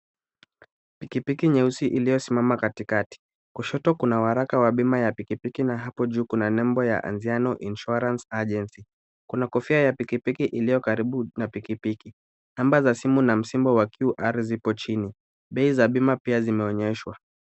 Pikipiki nyeusi iliyosimama katikati. Kushoto kuna waraka wa bima ya pikipiki na hapo juu kuna nembo ya Anziano Insurance Agency. Kuna kofia ya pikipiki iliyo karibu na pikipiki. Namba za simu na msimbo wa QR zipo chini. Bei za bima pia zimeonyeshwa.